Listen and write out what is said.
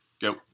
Go